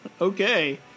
okay